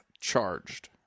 charged